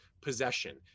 possession